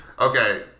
Okay